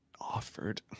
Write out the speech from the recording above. Offered